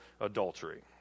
adultery